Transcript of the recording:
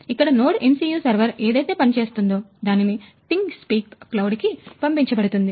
ఇక్కడ NodeMCU server ఏదైతే పని చేసిందో దానిని ThingSpeak cloud కీ పంపించబడుతుంది